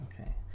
Okay